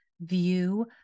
view